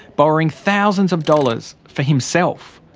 borrowing thousands of dollars for himself.